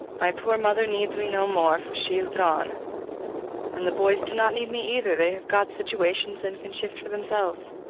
my poor mother needs me no more, for she is gone and the boys do not need me either they have got situations and can shift for themselves.